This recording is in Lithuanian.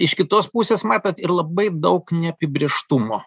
iš kitos pusės matot ir labai daug neapibrėžtumo